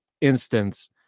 instance